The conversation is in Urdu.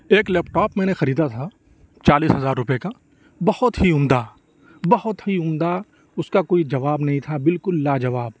ایک لیپ ٹاپ میں نے خریدا تھا چالیس ہزار روپے کا بہت ہی عمدہ بہت ہی عمدہ اس کا کوئی جواب نہیں تھا بالکل لاجواب